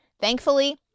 Thankfully